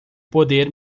poder